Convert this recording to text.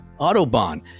Autobahn